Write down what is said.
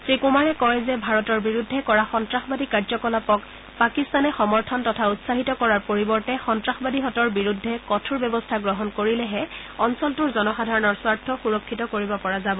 শ্ৰী কুমাৰে কয় যে ভাৰতৰ বিৰুদ্ধে কৰা সন্তাসবাদী কাৰ্যকলাপক পাকিস্তানে সমৰ্থন তথা উৎসাহিত কৰাৰ পৰিৱৰ্তে সন্তাসবাদীহতৰ বিৰুদ্ধে কঠোৰ ব্যৱস্থা গ্ৰহণ কৰিলেহে অঞ্চলটোৰ জনসাধাৰণৰ স্বাৰ্থ সুৰক্ষিত কৰিব পাৰিব